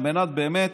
על מנת באמת